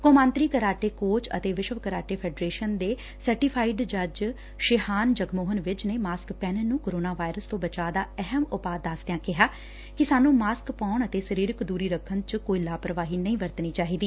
ਕੌਮਾਂਤਰੀ karate coach ਅਤੇ ਵਿਸਵ ਕਰਾਟੇ ਫੈਡਰੇਸ਼ਨ ਦੇ ਸਰਟੀਫਾਇਡ ਜੱਜ ਸ਼ਿਹਾਨ ਜਗਮੋਹਨ ਵਿੱਜ ਨੇ ਮਾਸਕ ਪਹਿਨਣ ਨੂੰ ਕੋਰੋਨਾ ਵਾਇਰਸ ਤੋਂ ਬਚਾਅ ਦਾ ਅਹਿਮ ਉਪਾਅ ਦਸਦਿਆਂ ਕਿਹਾ ਕਿ ਸਾਨੂੰ ਮਾਸਕ ਪਾਉਣ ਅਤੇ ਸਰੀਰਕ ਦੁਰੀ ਰੱਖਣ ਚ ਕੋਈ ਲਪਰਵਾਹੀ ਨਹੀਂ ਵਰਤਣੀ ਚਾਹੀਦੀ